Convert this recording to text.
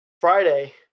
Friday